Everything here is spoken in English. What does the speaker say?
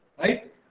Right